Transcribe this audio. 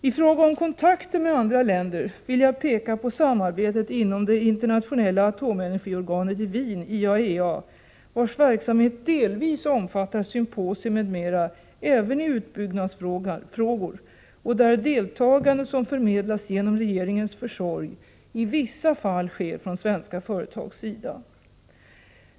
I fråga om kontakter med andra länder vill jag peka på samarbetet inom det internationella atomenergiorganet i Wien , vars verksamhet delvis omfattar symposier m.m. även i utbyggnadsfrågor och där deltagande, som förmedlas genom regeringens försorg, i vissa fall sker från svenska företags sida.